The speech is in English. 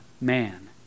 man